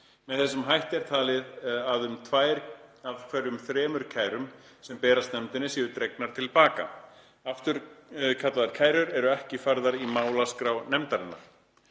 Með þessum hætti er talið að um tvær af hverjum þremur kærum, sem berast nefndinni, séu dregnar til baka. Afturkallaðar kærur eru ekki færðar í málaskrá nefndarinnar.